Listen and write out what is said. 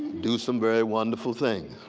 do some very wonderful things.